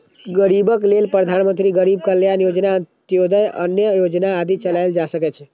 गरीबक लेल प्रधानमंत्री गरीब कल्याण योजना, अंत्योदय अन्न योजना आदि चलाएल जा रहल छै